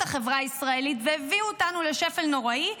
החברה הישראלית והביאו אותנו לשפל נוראי,